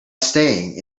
staying